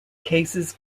cases